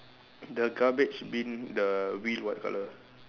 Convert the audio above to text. the garbage bin the wheel what color